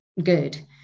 good